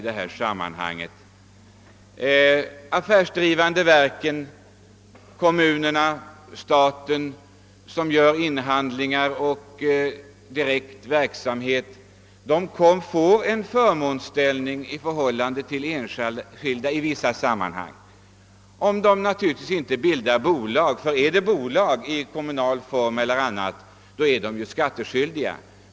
De affärsdrivande verken hos kommunerna och staten som gör upphandlingar för sin egen verksamhet får i vissa fall en förmånsställning i förhållande till den enskilda företagsamheten, såvida de inte ombildas till bolag; bolag i kommunal form eller dylikt är ju skattskyldiga.